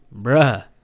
bruh